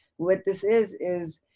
what this is is